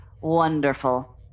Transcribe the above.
wonderful